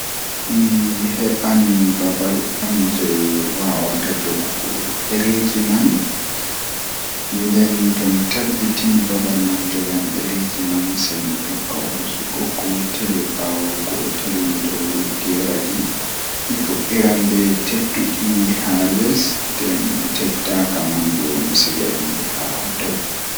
Mi heban babal on jei wawata jogugo dereji man nden mi tabbitini babal man jogan dereji man sei mi tokka hoosugo gootel be gootel midon geeredi mi fuddiran be teddudi haa less nden teddaaka manbo misiga dum haa dow.